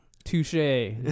Touche